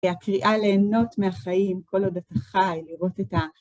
הקריאה ליהנות מהחיים, כל עוד אתה חי, לראות את ה...